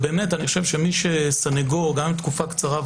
מי שסנגור גם לתקופה קצרה,